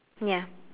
ya